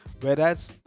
whereas